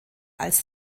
als